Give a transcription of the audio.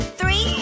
three